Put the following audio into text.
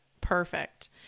Perfect